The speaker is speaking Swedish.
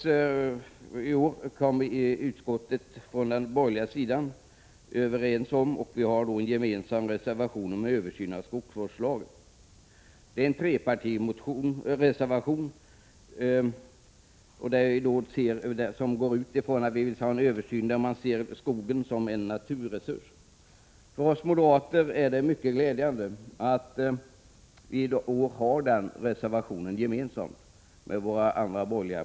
I år kom-de borgerliga i utskottet överens om en översyn av skogsvårdslagen. Det är alltså en trepartireservation. För oss moderater är det mycket glädjande att de borgerliga partierna har kunnat enas om en gemensam reservation.